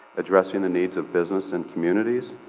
addressing the needs of business and communities,